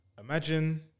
imagine